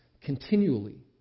continually